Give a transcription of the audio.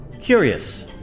Curious